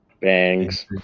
Bangs